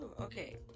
Okay